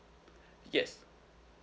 yes